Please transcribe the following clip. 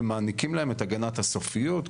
ומעניקים להם את הגנת הסופיות,